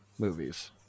movies